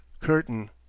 Curtain